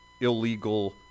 illegal